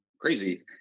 crazy